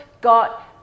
got